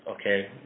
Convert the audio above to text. okay